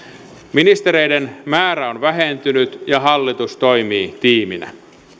ministereiden määrä on vähentynyt ja hallitus toimii tiiminä